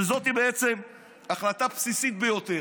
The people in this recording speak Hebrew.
כשזאת בעצם החלטה בסיסית ביותר?